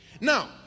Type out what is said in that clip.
Now